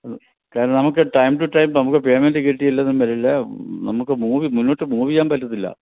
കാരണം നമുക്ക് time to time നമുക്ക് പെയ്മെൻറ്റ് കിട്ടിയില്ലെങ്കിൽ പറ്റില്ല നമുക്ക് മൂവി മുന്നോട്ടു മൂവ് ചെയ്യാൻ പറ്റത്തില്ല